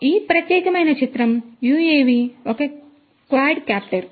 కాబట్టి ఈ ప్రత్యేకమైన చిత్రం UAV ఒక క్వాడ్కాప్టర్